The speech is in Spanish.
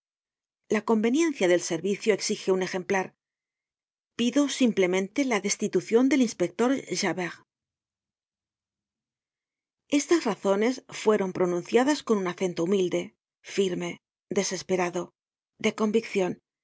la conveniencia del servicio exige un ejemplar pido simplemente la destitucion del inspector javert content from google book search generated at estas razones fueron pronunciadas con un acento humilde firme desesperado de conviccion